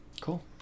Cool